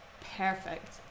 perfect